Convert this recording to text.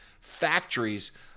factories